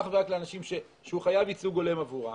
אך ורק לאנשים שהוא חייב ייצוג הולם עבורם.